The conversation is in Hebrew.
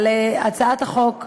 על הצעת החוק שהגשת,